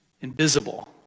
invisible